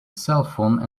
cellphone